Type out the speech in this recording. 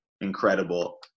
incredible